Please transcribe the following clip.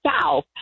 South